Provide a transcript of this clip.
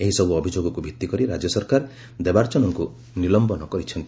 ଏହିସବୁ ଅଭିଯୋଗକୁ ଭିଭିକରି ରାଜ୍ୟ ସରକାର ଦେବାର୍ଚ୍ଚନଙ୍କୁ ନିଲମ୍ଧନ କରିଛନ୍ତି